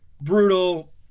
brutal